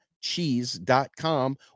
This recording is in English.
cheese.com